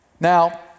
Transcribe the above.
Now